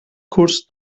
curs